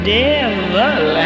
devil